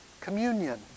communion